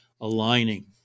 aligning